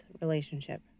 relationship